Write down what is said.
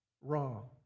wrong